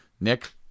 nick